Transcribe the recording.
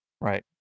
Right